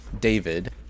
David